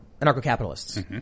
anarcho-capitalists